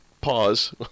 Pause